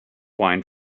wine